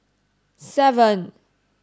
seven